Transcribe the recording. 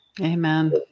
Amen